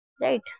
right